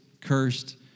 cursed